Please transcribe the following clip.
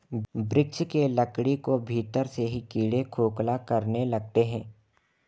वृक्ष के लकड़ी को भीतर से ही कीड़े खोखला करने लगते हैं